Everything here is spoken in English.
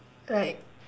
right